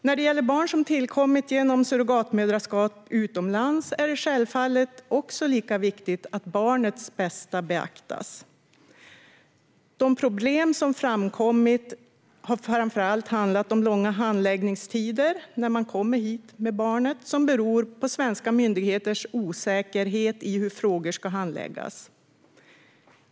När det gäller barn som tillkommit genom surrogatmoderskap utomlands är det självklart också lika viktigt att barnens bästa beaktas. De problem som framkommit har framför allt handlat om långa handläggningstider när man kommer hit med barnet, som beror på svenska myndigheters osäkerhet i hur frågor ska handläggas.